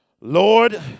Lord